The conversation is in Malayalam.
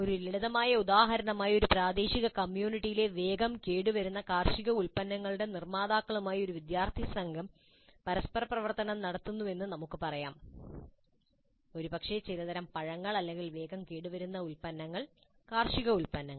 ഒരു ലളിതമായ ഉദാഹരണമായി ഒരു പ്രാദേശിക കമ്മ്യൂണിറ്റിയിലെ വേഗം കേടുവരുന്ന കാർഷിക ഉൽപന്നങ്ങളുടെ നിർമ്മാതാക്കളുമായി ഒരു വിദ്യാർത്ഥി സംഘം പരസ്പരം പ്രവർത്തനം നടത്തുന്നുവെന്ന് നമുക്ക് പറയാം ഒരുപക്ഷേ ചിലതരം പഴങ്ങൾ അല്ലെങ്കിൽ വേഗം കേടുവരുന്ന ഉൽപ്പന്നങ്ങൾ കാർഷിക ഉൽപ്പന്നങ്ങൾ